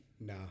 Nah